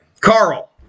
Carl